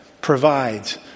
Provides